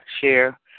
share